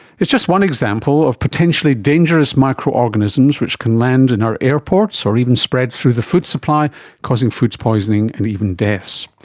it's just one example of potentially dangerous microorganisms which can land in our airports or even spread through the food supply causing food poisoning and even deaths.